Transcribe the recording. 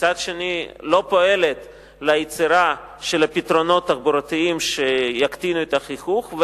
ומצד שני לא פועלת ליצירת הפתרונות התחבורתיים שיקטינו את החיכוך,